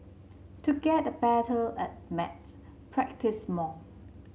to get better at maths practise more